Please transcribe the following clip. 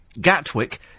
Gatwick